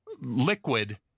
liquid